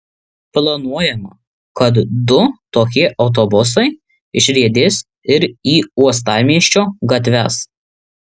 planuojama kad du tokie autobusai išriedės ir į uostamiesčio gatves